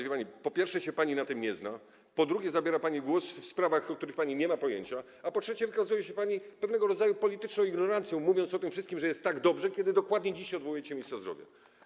Wie pani, po pierwsze, się pani na tym nie zna, po drugie, zabiera pani głos w sprawach, o których pani nie ma pojęcia, a po trzecie, wykazuje się pani pewnego rodzaju polityczną ignorancją, mówiąc o tym wszystkim, że jest tak dobrze, kiedy dokładnie dziś odwołujecie ministra zdrowia.